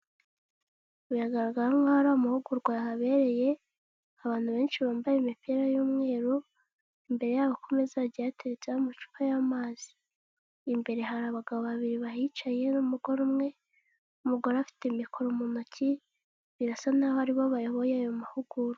Biragaragara nk'aho ari amahugurwa yahabereye, abantu benshi bambaye imipira y'umweru, imbere yabo ku meza hagiye hateretseho amacupa y'amazi. Imbere hari abagabo babiri bahicaye n'umugore umwe, umugore afite mikoro mu ntoki birasa nk'aho aribo bayoboye ayo mahugurwa.